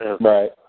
Right